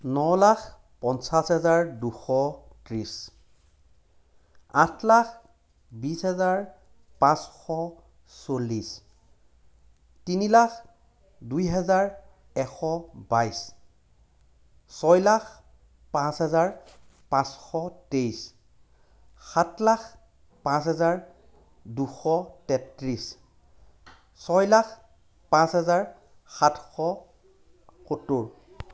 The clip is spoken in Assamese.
ন লাখ পঞ্চাহ হেজাৰ দুশ ত্ৰিছ আঠ লাখ বিছ হেজাৰ পাঁচশ চল্লিছ তিনি লাখ দুই হেজাৰ এশ বাইছ ছয় লাখ পাঁচ হেজাৰ পাঁচশ তেইছ সাত লাখ পাঁচ হেজাৰ দুশ তেত্ৰিছ ছয় লাখ পাঁচ হেজাৰ সাতশ সত্তৰ